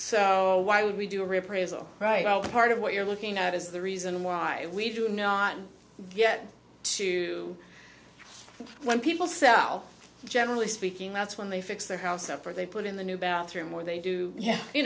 so why would we do right on the part of what you're looking at is the reason why we do not yet to when people sell generally speaking that's when they fix their house up or they put in the new bathroom or they do yeah you